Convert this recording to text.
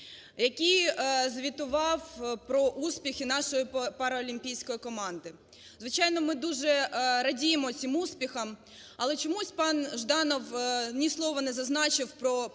який звітував про успіхи нашої паралімпійської команди. Звичайно, ми дуже радіємо цим успіхом, але чомусь пан Жданов ні слова не зазначив про провальний